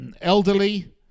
elderly